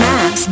Max